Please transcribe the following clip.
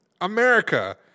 America